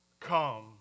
come